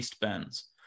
bends